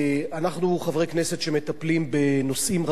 אנחנו חברי כנסת שמטפלים בנושאים רבים,